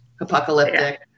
apocalyptic